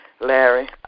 Larry